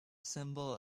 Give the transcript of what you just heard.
symbol